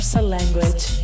language